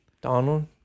Donald